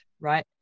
right